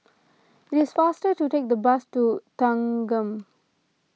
it is faster to take the bus to Thanggam